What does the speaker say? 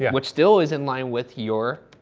which still is in line with your, ah,